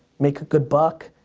make a good buck.